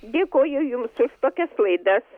dėkoju jums tokias klaidas